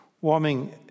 warming